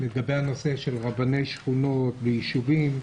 לגבי הנושא של רבני שכונות ויישובים,